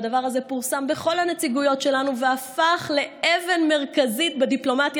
והדבר הזה פורסם בכל הנציגויות שלנו והפך לאבן דרך מרכזית בדיפלומטיה